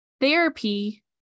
Therapy